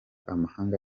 amahanga